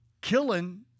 killing